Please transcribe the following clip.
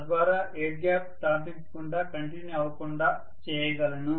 తద్వారా air gap stampings గుండా continue అవకుండా చేయగలను